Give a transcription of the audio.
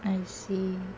I see